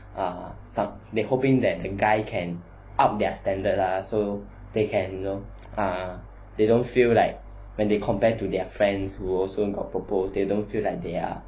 err they hoping that the guy can up their standard lah so they can you know they don't feel like when they compared to their friends who also got proposed they don't feel like they are